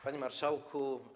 Panie Marszałku!